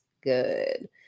good